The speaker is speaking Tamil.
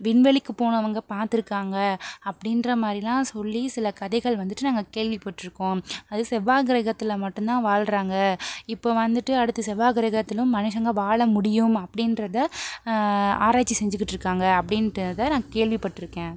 விண்வெளிக்கு போனவங்க பார்த்துருக்காங்க அப்படின்ற மாதிரிலாம் சொல்லி சில கதைகள் வந்துட்டு நாங்கள் கேள்விப்பட்டிருக்கோம் அது செவ்வாய் கிரகத்தில் மட்டுந்தான் வாழ்றாங்க இப்போது வந்துட்டு அடுத்த செவ்வாய் கிரகத்திலும் மனுசங்க வாழ முடியும் அப்படின்றத ஆராய்ச்சி செஞ்சிகிட்டிருக்காங்க அப்படின்றத நான் கேள்விப்பட்டிருக்கேன்